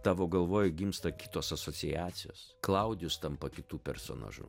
tavo galvoj gimsta kitos asociacijos klaudijus tampa kitu personažu